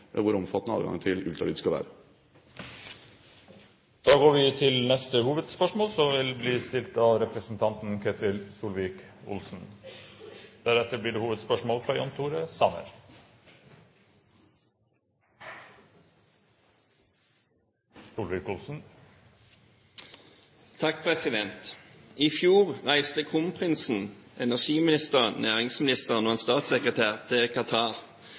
hvor omfattende adgangen til ultralyd skal være. Vi går til neste hovedspørsmål. I fjor reiste kronprinsen, energiministeren, næringsministeren og en statssekretær til Qatar.